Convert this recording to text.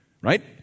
right